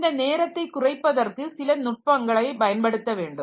இந்த நேரத்தை குறைப்பதற்கு சில நுட்பங்களை பயன்படுத்த வேண்டும்